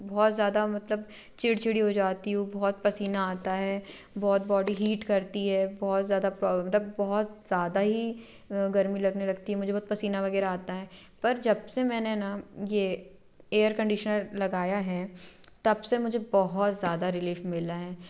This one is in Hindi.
बहुत ज़्यादा मतलब चिड़चिड़ी हो जाती हूँ बहुत पसीना आता है बहुत बॉडी हीट करती है बहुत ज़्यादा प्रॉबलम मतलब बहुत ज़्यादा ही गर्मी लगने लगती है मुझे बहुत पसीना वग़ैरह आता है पर जब से मैंने ना ये एयर कंडीशनर लगाया है तब से मुझे बहुत ज़्यादा रिलीफ़ मिला है